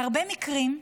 בהרבה מקרים,